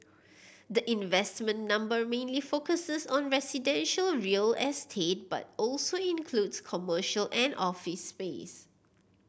the investment number mainly focuses on residential real estate but also includes commercial and office space